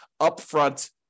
upfront